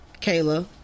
Kayla